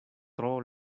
tro